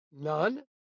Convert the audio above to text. None